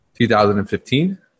2015